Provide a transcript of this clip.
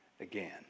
again